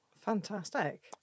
Fantastic